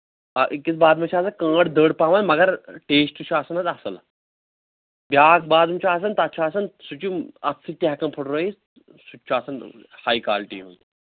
اَ أکِس بادمَس چھِ آسان کٔنٛڈ دٔر پَہمَتھ مَگر ٹیسٹ چھُ آسان حظ اَصٕل بیٛاکھ بادام چھُ آسان تَتھ چھِ آسان سُہ چھُ اَتھٕ سۭتۍ تہِ ہٮ۪کان پھٔٹرٲوِتھ سُہ تہِ چھُ آسان ہاے کالٹی ہُند